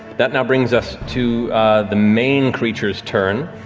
that now brings us to the main creature's turn.